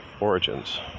Origins